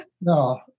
no